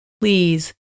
please